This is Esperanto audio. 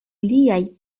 liaj